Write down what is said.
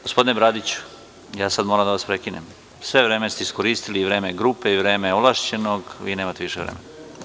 Gospodine Bradiću, moram da vas prekinem, sve vreme ste iskoristili i vreme grupe i vreme ovlašćenog i vi nemate više vremena.